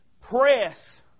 press